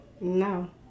No